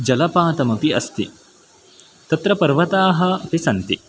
जलपातमपि अस्ति तत्र पर्वताः अपि सन्ति